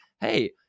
Hey